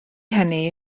hynny